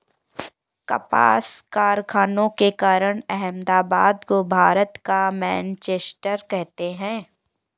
कपास कारखानों के कारण अहमदाबाद को भारत का मैनचेस्टर कहते हैं